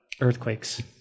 Earthquakes